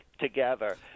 together